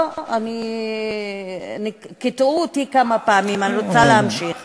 לא, אני, קטעו אותי כמה פעמים, אני רוצה להמשיך.